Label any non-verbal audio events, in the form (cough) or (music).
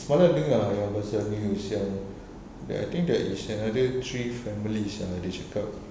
semalam ada dengar yang pasal news yang (breath) I think there is another three families yang dia cakap